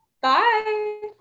Bye